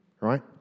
right